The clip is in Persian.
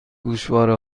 گوشواره